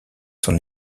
son